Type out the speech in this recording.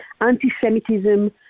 anti-Semitism